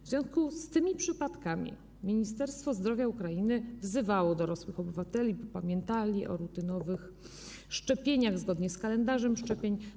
W związku z tymi przypadkami Ministerstwo Zdrowia Ukrainy wzywało dorosłych obywateli, by pamiętali o rutynowych szczepieniach zgodnie z kalendarzem szczepień.